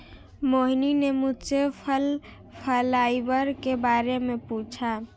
मोहिनी ने मुझसे फल फाइबर के बारे में पूछा